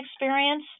experience